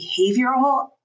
behavioral